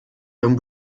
ihren